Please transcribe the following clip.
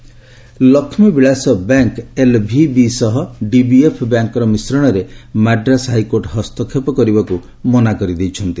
Madras HC Lakshmi Vilas bank LVB ସହ DBS ବ୍ୟାଙ୍କ୍ର ମିଶ୍ରଣରେ ମାଡ୍ରାସ୍ ହାଇକୋର୍ଟ ହସ୍ତକ୍ଷେପ କରିବାକୁ ମନା କରିଦେଇଛନ୍ତି